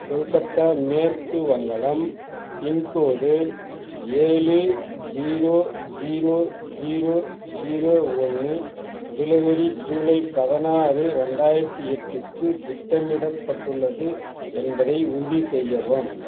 கொல்கத்தா மேற்கு வங்காளம் பின்கோடு ஏழு ஜீரோ ஜீரோ ஜீரோ ஜீரோ ஒன்று டெலிவரி ஜூலை பதினாறு ரெண்டாயிரத்தி எட்டுக்கு திட்டமிடப்பட்டுள்ளது என்பதை உறுதி செய்யவும்